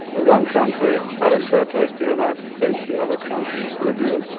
the one country i refer to is the united states, the other country is libya.